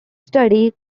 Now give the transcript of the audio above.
study